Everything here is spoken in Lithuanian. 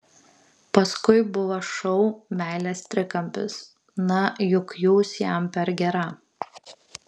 paskui buvo šou meilės trikampis na juk jūs jam per gera